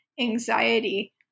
anxiety